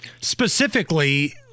Specifically